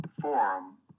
forum